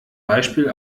beispiel